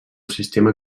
sistema